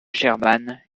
sherman